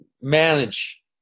manage